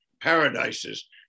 paradises